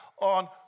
on